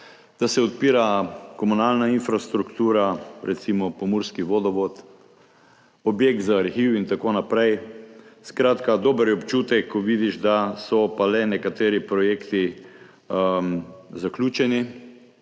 da se odpira komunalna infrastruktura, recimo pomurski vodovod, objekt za arhiv in tako naprej. Skratka, dober je občutek, ko vidiš, da so pa nekateri projekti le zaključeni.